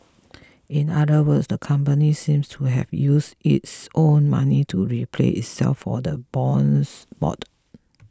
in other words the company seemed to have used its own money to repay itself for the bonds bought